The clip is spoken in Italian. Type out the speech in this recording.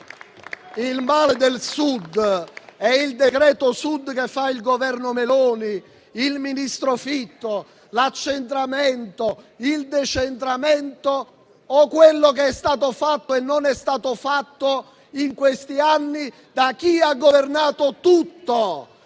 il male del Sud è il decreto Sud che fanno il Governo Meloni e il ministro Fitto, l'accentramento e il decentramento o quello che è stato fatto e non è stato fatto in questi anni da chi ha governato tutto?